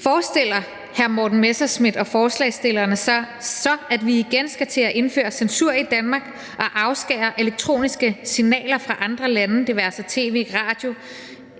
Forestiller hr. Morten Messerschmidt og forslagsstillerne sig så, at vi igen skal til at indføre censur i Danmark og afskære elektroniske signaler fra andre lande, det være sig i tv, radio